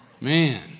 Man